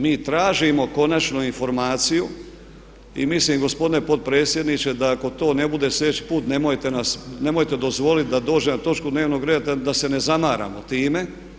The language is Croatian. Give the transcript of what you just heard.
Mi tražimo konačnu informaciju i mislim gospodine potpredsjedniče da ako to ne bude sljedeći put nemojte dozvoliti da dođe na točku dnevnog reda da se ne zamaramo time.